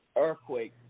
earthquake